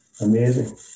Amazing